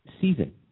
season